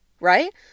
right